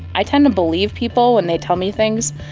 i tend to believe people when they tell me things.